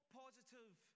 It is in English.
positive